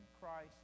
Christ